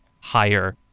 higher